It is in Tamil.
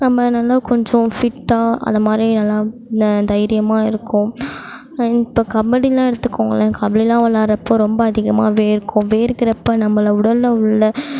நம்ம நல்லா கொஞ்சம் ஃபிட்டாக அதுமாரி எல்லாம் தைரியமாக இருக்கோம் இப்போ கபடிலாம் எடுத்துகோங்களேன் கபடிலாம் விளையாட்றப்போ ரொம்ப அதிகமாக வேர்க்கும் வேர்க்கிறப்ப நம்மள உடலில் உள்ள